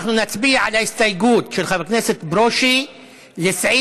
אנחנו נצביע על ההסתייגות של חבר הכנסת ברושי לסעיף